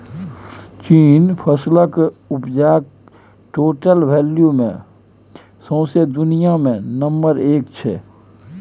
चीन फसलक उपजाक टोटल वैल्यू मे सौंसे दुनियाँ मे नंबर एक छै